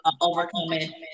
overcoming